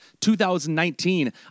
2019